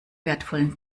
wertvollen